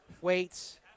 weights